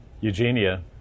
Eugenia